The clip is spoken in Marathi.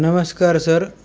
नमस्कार सर